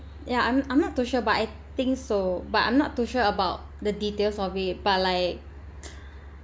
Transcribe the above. yeah I'm I'm not too sure but I think so but I'm not too sure about the details of it but like